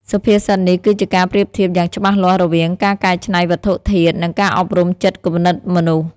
សុភាសិតនេះគឺជាការប្រៀបធៀបយ៉ាងច្បាស់លាស់រវាងការកែច្នៃវត្ថុធាតុ និងការអប់រំចិត្តគំនិតមនុស្ស។